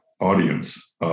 audience